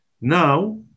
Now